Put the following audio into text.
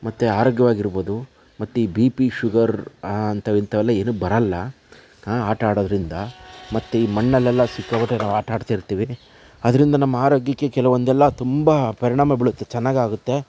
ಮತ್ತೆ ಆರೋಗ್ಯವಾಗಿರ್ಬೋದು ಮತ್ತೆ ಈ ಬಿ ಪಿ ಶುಗರ್ ಅಂತ ಇಂತವೆಲ್ಲ ಏನು ಬರಲ್ಲ ಆ ಆಟ ಆಡೋದ್ರಿಂದ ಮತ್ತೆ ಈ ಮಣ್ಣಲೆಲ್ಲಾ ಸಿಕ್ಕಾಪಟ್ಟೆ ನಾವು ಆಟ ಆಡ್ತಿರ್ತೀವಿ ಅದರಿಂದ ನಮ್ಮ ಆರೋಗ್ಯಕ್ಕೆ ಕೆಲವೊಂದೆಲ್ಲ ತುಂಬ ಪರಿಣಾಮ ಬೀಳುತ್ತೆ ಚೆನ್ನಾಗಾಗುತ್ತೆ